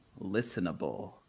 listenable